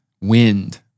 wind